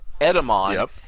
Edamon